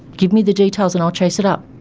give me the details and i'll chase it up.